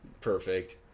perfect